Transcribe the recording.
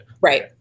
Right